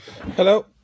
Hello